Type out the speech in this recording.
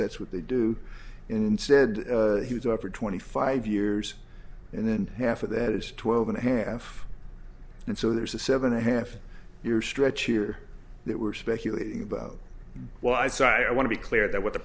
that's what they do and said he was up for twenty five years and then half of that is twelve and a half and so there's a seven and a half year stretch here that we're speculating about well i so i want to be clear that what the